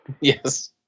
Yes